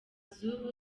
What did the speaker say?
z’ubu